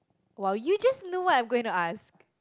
!wow! you just know what I'm going to ask